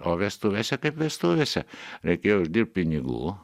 o vestuvėse kaip vestuvėse reikėjo uždirbt pinigų